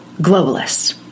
globalists